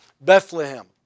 Bethlehem